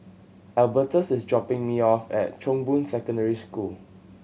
Albertus is dropping me off at Chong Boon Secondary School